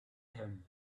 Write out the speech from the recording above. him